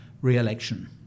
re-election